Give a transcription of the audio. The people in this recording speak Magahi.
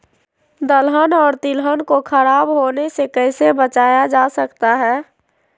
दलहन और तिलहन को खराब होने से कैसे बचाया जा सकता है?